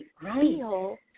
feel